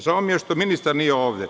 Žao mi je što ministar nije ovde.